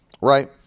right